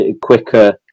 quicker